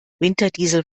winterdiesel